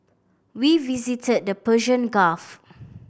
we visited the Persian Gulf